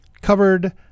covered